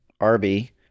Arby